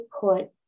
put